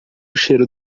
cheiro